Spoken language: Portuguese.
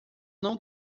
não